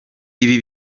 ibi